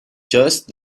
that